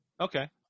Okay